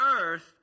earth